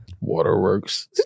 Waterworks